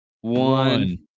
one